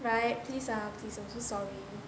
right please ah please I'm so sorry